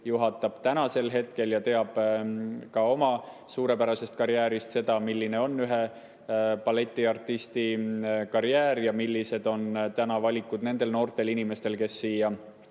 juhatab Tallinna Balletikooli ja teab ka oma suurepärasest karjäärist seda, milline on ühe balletiartisti karjäär ja millised on valikud nendel noortel inimestel, kes